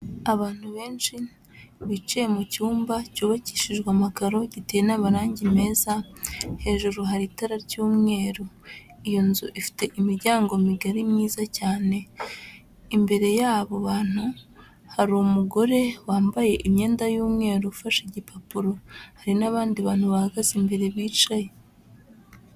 Abantu benshi bicaye mu cyumba cyubakishijwe amakaro, giteye n'amarangi meza, hejuru hari itara ry'umweru, iyo nzu ifite imiryango migari myiza cyane, imbere y'abo bantu hari umugore wambaye imyenda y'umweru ufashe igipapuro, hari n'abandi bantu bahagaze imbere bicaye.